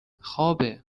خوابه